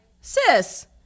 sis